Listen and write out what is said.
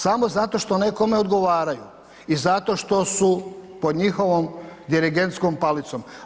Samo zato što nekome odgovaraju i zato što su pod njihovom dirigentskom palicom.